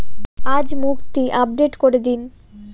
আজ মুক্তি আপডেট করে দিন